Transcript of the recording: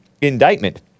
indictment